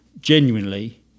Genuinely